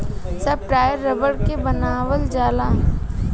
सब टायर रबड़ के बनावल जाला